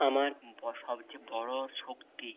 আমার ব সবচেয়ে বড়ো শক্তি